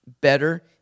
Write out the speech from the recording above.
better